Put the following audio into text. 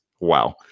wow